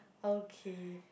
okay